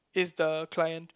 is the client